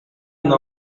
une